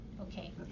Okay